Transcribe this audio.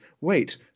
Wait